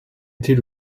était